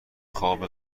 خواب